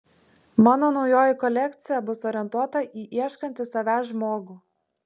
mano naujoji kolekcija bus orientuota į ieškantį savęs žmogų